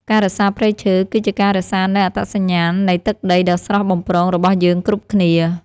ការរក្សាព្រៃឈើ គឺជាការរក្សានូវអត្តសញ្ញាណនៃទឹកដីដ៏ស្រស់បំព្រងរបស់យើងគ្រប់គ្នា។